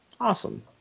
awesome